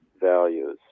values